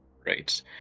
Great